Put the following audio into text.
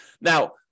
Now